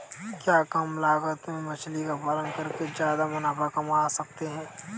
क्या कम लागत में मछली का पालन करके ज्यादा मुनाफा कमा सकते हैं?